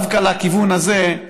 לכיוון הזה,